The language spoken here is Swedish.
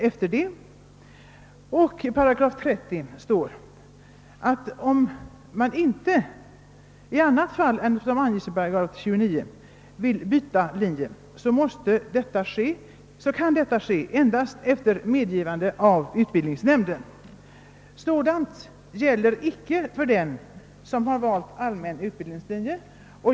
I 30 8 står sedan: »Byte av utbildningslinje eller studiekurs i annat fall än som anges i 29 8 får ske endast efter medgivande av den utbildningsnämnd ——-—» Detta gäller inte för den som har valt allmän utbildningslinje.